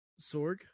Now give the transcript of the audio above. Sorg